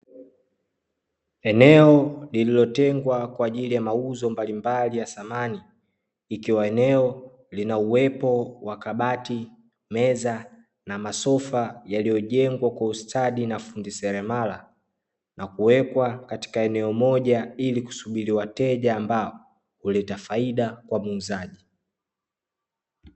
Eneo lililotengwa kwa ajili ya mauzo mbalimbali ya samani, ikiwa eneo lina uwepo wa kabati, meza na masofa, yaliyojengwa kwa ustadi na fundi seremala na kuwekwa katika eneo moja ili kusubiri wateja ambao huleta faida kwa muuzaji.